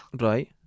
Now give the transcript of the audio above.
Right